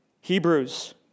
Hebrews